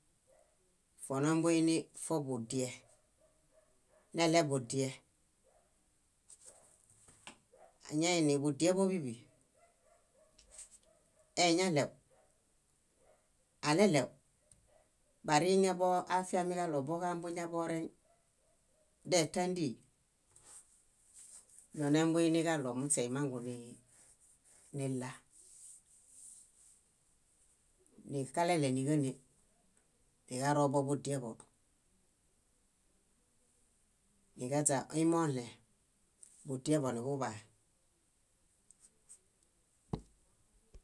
fonombuinii foḃudie, neɭeḃudie. Añaiḃudieḃo bíḃi, eñaɭew, aleɭew, bariŋeḃo afiamiġaɭo boġambuñaḃoreŋ détandi, donembuiniġaɭo muśe imangu nilla, keleɭe níġane niġaro boḃudieḃo. Niġaźa iimoɭẽ budieḃo nuḃuḃaa